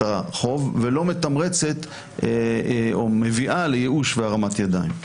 החוב ולא מביאה לייאוש והרמת ידיים.